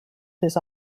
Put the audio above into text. his